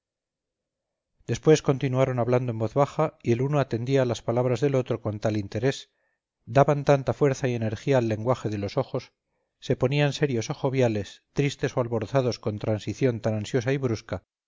después continuaron hablando en voz baja y el uno atendía a las palabras del otro con tal interés daban tanta fuerza y energía al lenguaje de los ojos se ponían serios o joviales tristes o alborozados con transición tan ansiosa y brusca